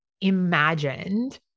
imagined